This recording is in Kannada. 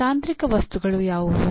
ತಾಂತ್ರಿಕ ವಸ್ತುಗಳು ಯಾವುವು